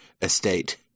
estate